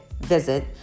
visit